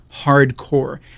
hardcore